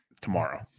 tomorrow